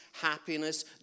happiness